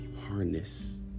Harness